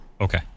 Okay